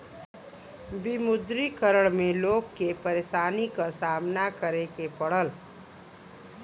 विमुद्रीकरण में लोग के परेशानी क सामना करे के पड़ल